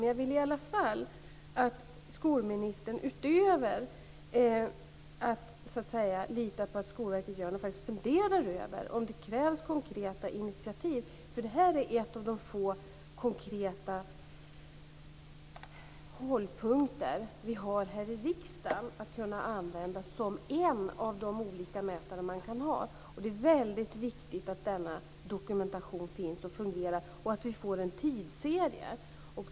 Men jag vill i alla fall att skolministern, utöver att så att säga lita på att Skolverket gör något, faktiskt funderar över om det krävs konkreta initiativ. Det här är ju en av de konkreta hållpunkter vi har i riksdagen som vi kan använda. Det är en av de olika mätare man kan ha. Det är väldigt viktigt att denna dokumentation finns och fungerar och att vi får en tidsserie.